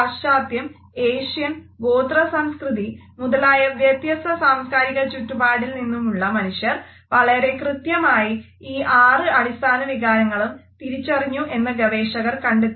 പാശ്ചാത്യം Asian ഗോത്ര സംസ്കൃതി മുതലായ വ്യത്യസ്ത സാംസ്കാരിക ചുറ്റുപാടിൽ നിന്നുമുള്ള മനുഷ്യർ വളരെ കൃത്യമായി ഈ ആറ് അടിസ്ഥാന വികാരങ്ങളും തിരിച്ചറിഞ്ഞു എന്ന് ഗവേഷകർ കണ്ടെത്തി